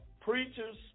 preachers